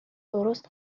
درست